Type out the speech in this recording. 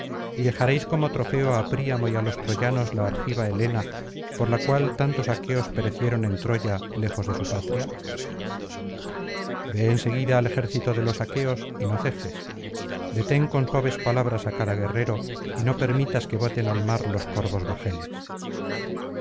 y dejaréis como trofeo á príamo y á los troyanos la argiva helena por la cual tantos aqueos perecieron en troya lejos de su patria ve en seguida al ejército de los aqueos y no cejes deten con suaves palabras á cada guerrero y no permitas que boten al mar los corvos bajeles